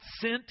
sent